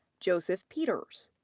joseph peeters.